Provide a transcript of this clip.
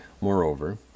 moreover